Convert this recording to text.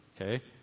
okay